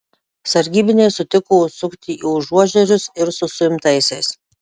sargybiniai sutiko užsukti į užuožerius ir su suimtaisiais